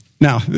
Now